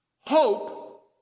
Hope